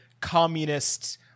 communist